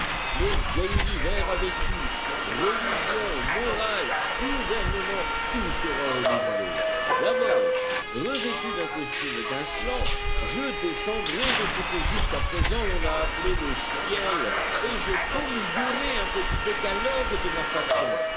le vieil univers a vécu religion morale gouvernement tout sera renouvelé d'abord revêtu d'un costume étincelant je descendrai de ce que jusqu'à présent l'on a appelé le ciel et je promulguerai un petit décalogue de ma façon